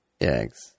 eggs